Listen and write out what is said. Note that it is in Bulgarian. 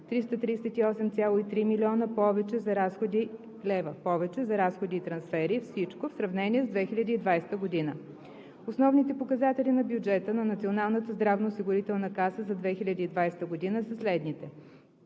338,3 млн. лв. повече за разходи и трансфери (всичко) в сравнение с 2020 г. Основните показатели на бюджета на Националната здравноосигурителна каса за 2020 г. са следните: